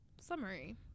summary